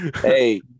hey